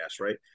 right